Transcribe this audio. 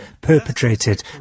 perpetrated